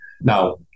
Now